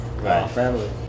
family